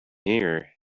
here